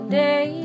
day